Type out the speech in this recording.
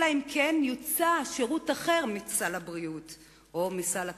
אלא אם כן יוצא שירות אחר מסל הבריאות או מסל התרופות.